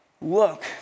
Look